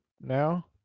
now